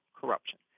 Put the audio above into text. corruption